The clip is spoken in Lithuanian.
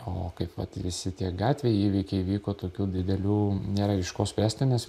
o kaip matysite gatvėje įvykiai vyko tokių didelių nėra iš ko spręsti nes